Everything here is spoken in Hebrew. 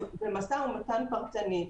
וזה משא ומתן פרטני.